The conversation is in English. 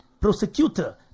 prosecutor